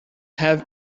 have